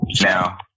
Now